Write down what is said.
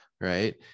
right